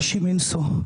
קשים מנשוא.